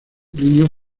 plinio